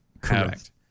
correct